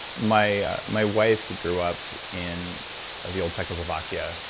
my my wife grew up in the old czechoslovakia.